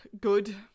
good